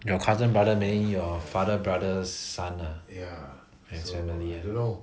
your cousin brother meaning your father brother's son ah and his family